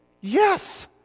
Yes